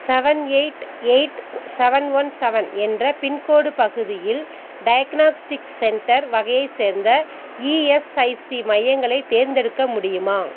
seven eight eight seven one seven என்ற pin code பகுதியில் diagnostics centre வகையைச் சேர்ந்த இஎஸ்ஐசி மையங்களை தேர்ந்தெடுக்க முடியுமா